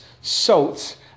salt